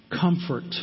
comfort